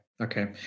okay